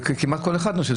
כמעט כל אחד עושה את זה,